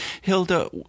Hilda